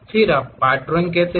फिर आप part drawing कहते हैं